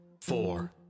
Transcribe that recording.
four